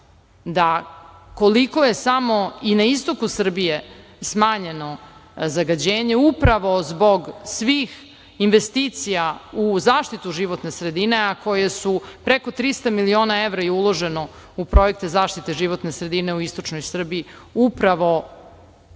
da koliko je samo i na istoku Srbije smanjeno zagađenje upravo zbog svih investicija u zaštitu životne sredine, a uloženo je preko 300 miliona evra u projekte zaštite životne sredine u istočnoj Srbiji, upravo